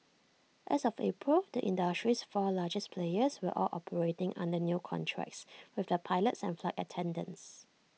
as of April the industry's four largest players were all operating under new contracts with their pilots and flight attendants